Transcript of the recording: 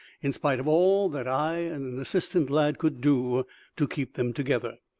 in spite of all that i and an assistant lad could do to keep them together.